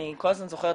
אני כל הזמן זוכרת,